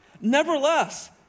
Nevertheless